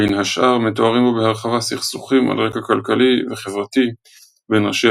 בין השאר מתוארים בו בהרחבה סכסוכים על רקע כלכלי וחברתי בין ראשי